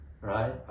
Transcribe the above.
right